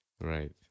Right